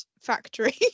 factory